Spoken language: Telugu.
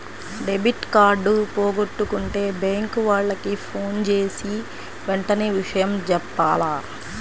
డెబిట్ కార్డు పోగొట్టుకుంటే బ్యేంకు వాళ్లకి ఫోన్జేసి వెంటనే విషయం జెప్పాల